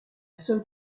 seule